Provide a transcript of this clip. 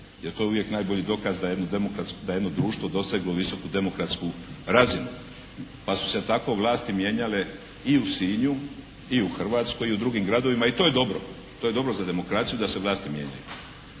jer to je uvijek najbolji dokaz da je jedno društvo doseglo visoku demokratsku razinu pa su se tako vlasti mijenjale i u Sinju i u Hrvatskoj i u drugim gradovima i to je dobro. To je dobro za demokraciju da se vlasti mijenjaju.